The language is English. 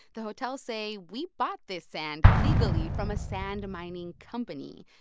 the hotels say we bought this sand legally from a sand mining company.